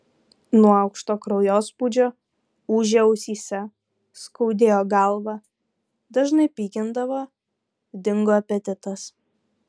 nuo aukšto kraujospūdžio ūžė ausyse skaudėjo galvą dažnai pykindavo dingo apetitas